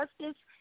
Justice